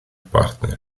partner